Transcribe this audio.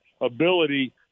ability